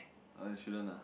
I shouldn't ah